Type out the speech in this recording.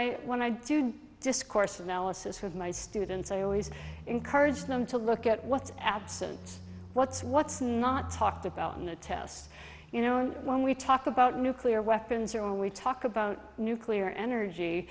i when i do discourse analysis with my students i always encourage them to look at what's absent what's what's not talked about on the test you know when we talk about nuclear weapons or when we talk about nuclear energy